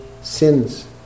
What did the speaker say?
sins